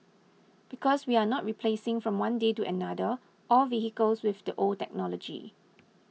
because we are not replacing from one day to another all vehicles with the old technology